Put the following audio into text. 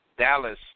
Dallas